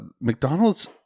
McDonald's